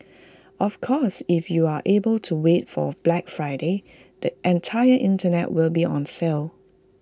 of course if you are able to wait for Black Friday the entire Internet will be on sale